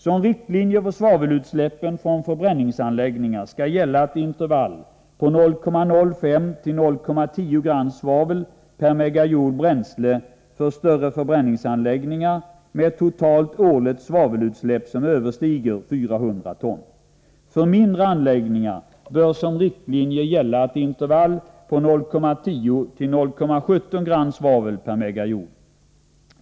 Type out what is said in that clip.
Som riktlinjer för svavelutsläppen från förbränningsanläggningar skall gälla ett intervall på 0,05-0,10 gram svavel per megajoule bränsle för större förbränningsanläggningar med ett totalt årligt svavelutsläpp som överstiger 400 ton. För mindre anläggningar bör som riktlinje gälla ett intervall på 0,10-0,17 gram svavel per megajoule.